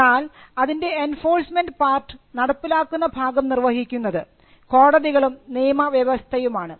എന്നാൽ അതിൻറെ enforcement part നടപ്പിലാക്കുന്ന ഭാഗം നിർവഹിക്കുന്നത് കോടതികളും നിയമവ്യവസ്ഥയും ആണ്